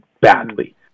badly